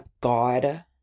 god